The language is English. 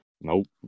Nope